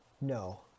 No